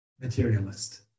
materialist